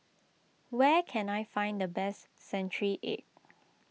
where can I find the best Century Egg